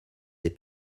des